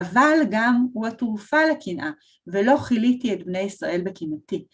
אבל גם הוא התרופה לקנאה, ולא כיליתי את בני ישראל בקנאתי.